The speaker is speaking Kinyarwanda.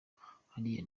hariya